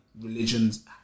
religions